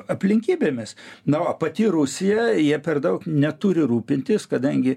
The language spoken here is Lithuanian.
aplinkybėmis na o pati rusija jie per daug neturi rūpintis kadangi